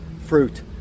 fruit